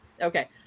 Okay